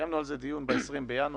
קיימנו על זה דיון ב-20 בינואר,